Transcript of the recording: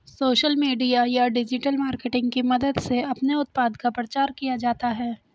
social media या digital marketing की मदद से अपने उत्पाद का प्रचार किया जाता है